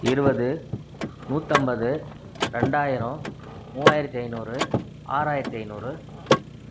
இருபது நூற்றம்பது ரெண்டாயிரம் மூவாயிரத்து ஐநூறு ஆறாயிரத்து ஐநூறு